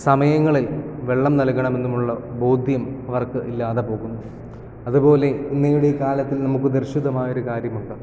സമയങ്ങളിൽ വെള്ളം നൽകണമെന്ന് ഉള്ള ബോധ്യം അവർക്ക് ഇല്ലാതെ പോകുന്നു അതുപോലെ ഇന്നയുടെ ഈ കാലത്തിൽ നമുക്ക് ദർശിതമായ ഒരു കാര്യമുണ്ട്